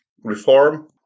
reform